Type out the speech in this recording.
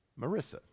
Marissa